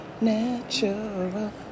Natural